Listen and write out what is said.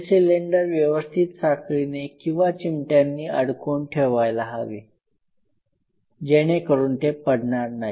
हे सिलेंडर व्यवस्थित साखळीने किंवा चिमट्यांनी अडकवून ठेवायला पाहिजे जेणेकरून ते पडणार नाही